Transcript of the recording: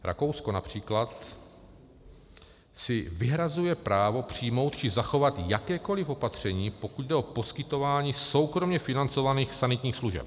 Rakousko například si vyhrazuje právo přijmout či zachovat jakékoliv opatření, pokud jde o poskytování soukromě financovaných sanitních služeb.